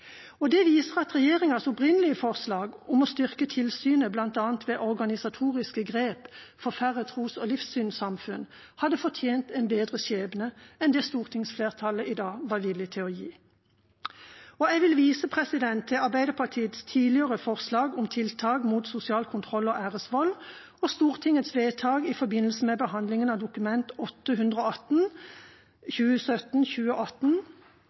Og det viser at regjeringas opprinnelige forslag om å styrke tilsynet bl.a. ved organisatoriske grep for færre tros- og livssynssamfunn hadde fortjent en bedre skjebne enn det stortingsflertallet i dag var villig til å gi. Jeg vil også vise til Arbeiderpartiets tidligere forslag om tiltak mot sosial kontroll og æresvold og Stortingets vedtak i forbindelse med behandlingen av Dokument